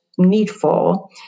Needful